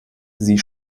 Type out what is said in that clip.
sie